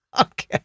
Okay